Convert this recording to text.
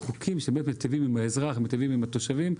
שבאמת מטיבים עם האזרח ועם התושבים.